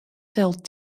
telt